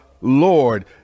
Lord